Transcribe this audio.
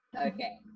Okay